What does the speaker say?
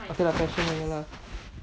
okay lah fashion lah ya lah